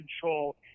control